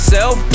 Self